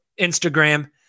Instagram